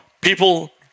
People